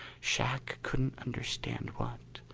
shac couldn't understand what.